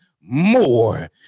more